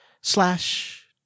slash